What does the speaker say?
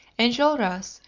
enjolras,